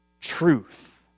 truth